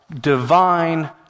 divine